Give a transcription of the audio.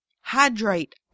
hydrate